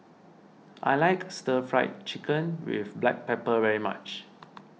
I like Stir Fry Chicken with Black Pepper very much